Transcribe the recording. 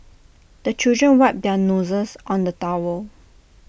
the children wipe their noses on the towel